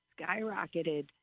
skyrocketed